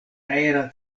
aera